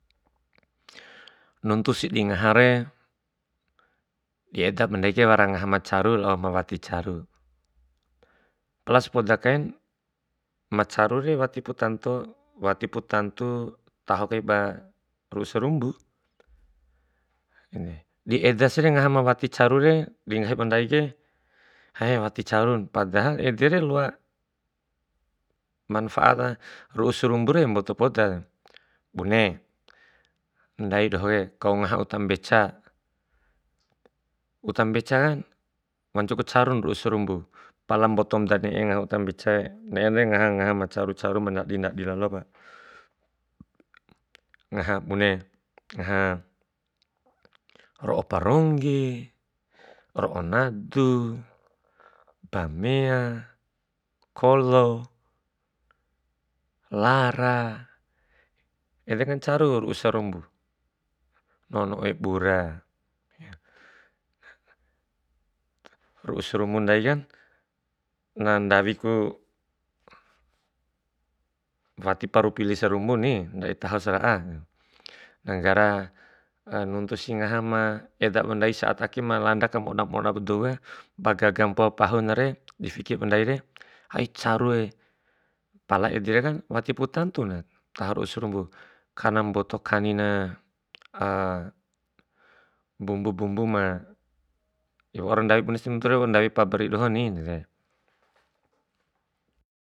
Nuntusi di ngahare di edaba ndaike wara ma ngaha caru lao ma wati caru, pala sepoda kain macarure watipu tantu watipu tantu taho kai ba ru'u sarumbu. Di edasire ngaha wa wati carure, di nggahi bandaike, lai wati carun, padahal edere loa manfaat na ru'u sarumbure mboto poda. Bune, ndai ndohoke kau ngaha uta mbeca, uta mbecaka wancuku carun ru'u sarumbu, pala mbotom da ne'e ngaha uta mbecae, ne'e re ngaha ngaha macaru caru ma ndadi ndadi lalop. Ngaha bune ngaha, ro'o parongge, ro'o nadu, bamea, kolo, lara, edeka caru ru'u sarumbu, nono oi bura, ru'u sarumbu ndaikan na ndawiku wati paru pili sarumbumuni, ndadi taho sara'a. Na nggara nuntu si ngaha ma eda ba ndai saat ake ma landa ka moda moda ba dou ka, ba gaga mpoa pahuna, fiki ba ndaire de carui, pala ede wati pu tentuna taho ru'u sarumbu karena mboto kanina bumbu bumbu ma de waur ndawi bunesi nunture waura ndawi pabrik dohoni.